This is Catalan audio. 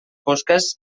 fosques